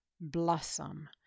blossom